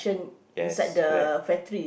yes correct